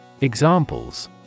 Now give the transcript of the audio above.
Examples